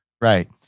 Right